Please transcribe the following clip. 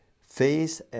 face